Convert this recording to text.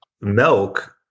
milk